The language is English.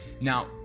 Now